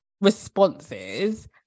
responses